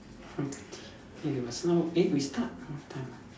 five thirty eh just now eh we start what time ah